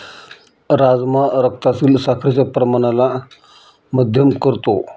राजमा रक्तातील साखरेच्या प्रमाणाला मध्यम करतो